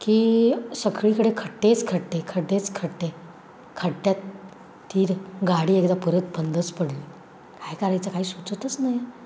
की सगळीकडे खड्डेच खड्डे खड्डेच खड्डे खड्ड्यात तीर गाडी एकदा परत बंदच पडली काय करायचं काही सुचतच नाही